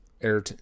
air